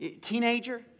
teenager